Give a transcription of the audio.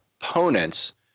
opponents